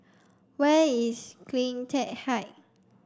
where is CleanTech Height